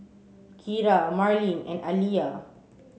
Kira Marlene and Aliyah